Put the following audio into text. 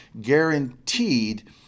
guaranteed